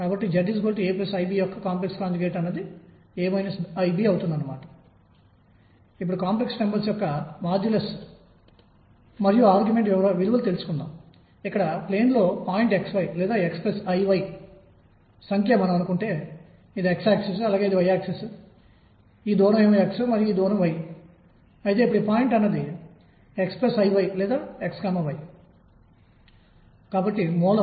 కాబట్టి ఈ ఉపన్యాసంలో ఈ రోజు మనం దృష్టి పెట్టబోతున్నది మొదటి భాగం